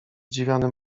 zdziwiony